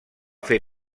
fer